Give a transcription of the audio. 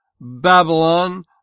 Babylon